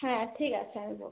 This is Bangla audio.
হ্যাঁ ঠিক আছে আমি বলছি